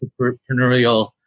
entrepreneurial